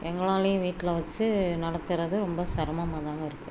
எங்களாலேயும் வீட்டில் வச்சு நடத்துகிறது ரொம்ப சிரமமா தாங்க இருக்குது